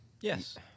Yes